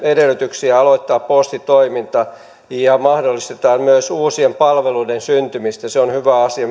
edellytyksiä aloittaa postitoiminta sekä mahdollistetaan myös uusien palveluiden syntymistä se on mielestäni hyvä asia